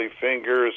Fingers